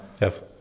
Yes